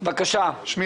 שמי